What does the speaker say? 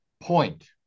point